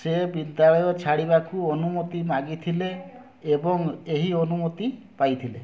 ସେ ବିଦ୍ୟାଳୟ ଛାଡ଼ିବାକୁ ଅନୁମତି ମାଗିଥିଲେ ଏବଂ ଏହି ଅନୁମତି ପାଇଥିଲେ